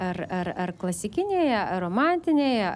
ar ar ar klasikinėje ar romantinėje